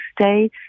stay